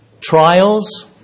Trials